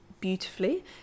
beautifully